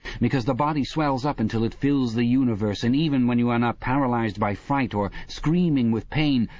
because the body swells up until it fills the universe, and even when you are not paralysed by fright or screaming with pain,